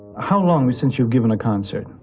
how long since you've given a concert?